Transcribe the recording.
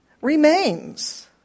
remains